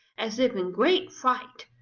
as if in great fright.